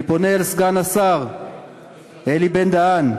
אני פונה אל סגן השר אלי בן-דהן,